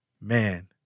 Man